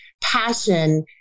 passion